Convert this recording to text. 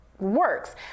works